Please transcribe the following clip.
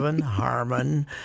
Harmon